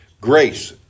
Grace